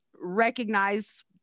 recognize